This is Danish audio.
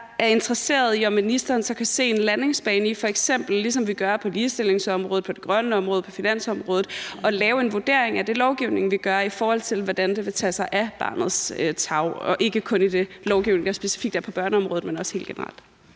er interesseret i, om ministeren så kan se en landingsbane i, ligesom vi f.eks. gør det på ligestillingsområdet, på det grønne område og på finansområdet, at lave en vurdering af den lovgivning, vi laver, i forhold til hvordan den vil tage sig af barnets tarv – og ikke kun i den lovgivning, der specifikt er på børneområdet, men også helt generelt.